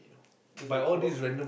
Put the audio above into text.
dude they confirm